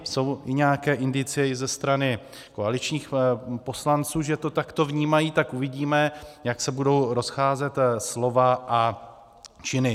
Jsou nějaké indicie i ze strany koaličních poslanců, že to takto vnímají, tak uvidíme, jak se budou rozcházet slova a činy.